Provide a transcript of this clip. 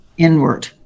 inward